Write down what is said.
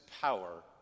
power